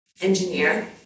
engineer